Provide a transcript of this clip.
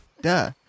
Duh